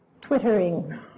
twittering